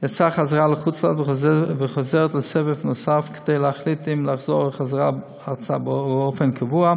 חזרה לחוץ לארץ ותחזור לסבב נוסף כדי להחליט אם לחזור ארצה באופן קבוע,